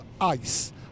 ice